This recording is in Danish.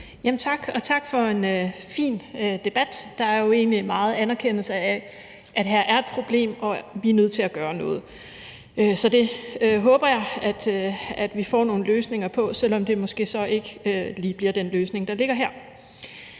tak for en fin debat. Der er jo egentlig meget anerkendelse af, at her er et problem og vi er nødt til at gøre noget. Så det håber jeg vi får nogle løsninger på, selv om det måske så ikke lige bliver den løsning, der ligger her.